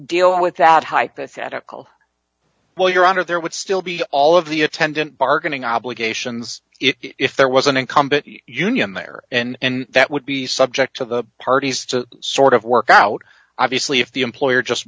deal with that hypothetical well your honor there would still be all of the attendant bargaining obligations if there was an incumbent union there in that would be subject to the parties to sort of work out obviously if the employer just